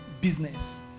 business